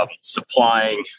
supplying